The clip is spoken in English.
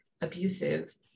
abusive